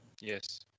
Yes